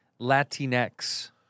Latinx